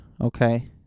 okay